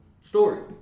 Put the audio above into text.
story